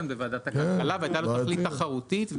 בוועדת הכלכלה והייתה לו תכלית תחרותית.